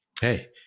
hey